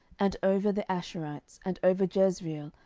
and over the ashurites, and over jezreel,